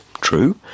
true